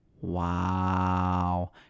Wow